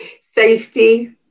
safety